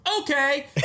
Okay